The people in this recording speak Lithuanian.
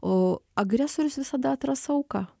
o agresorius visada atras auką